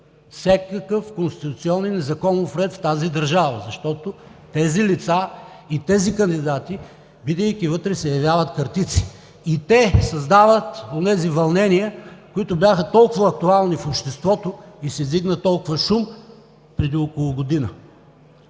всякакъв конституционен и законов ред в тази държава. Тези лица и тези кандидати, бидейки вътре, се явяват къртици и те създават онези вълнения, които бяха толкова актуални в обществото и се вдигна толкова шум преди около година,